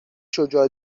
شجاع